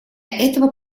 этого